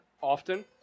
often